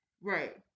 right